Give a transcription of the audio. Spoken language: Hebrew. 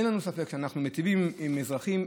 אין לנו ספק שאנחנו מיטיבים עם אזרחים.